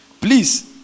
Please